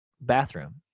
bathroom